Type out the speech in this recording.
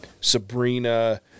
Sabrina